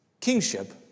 kingship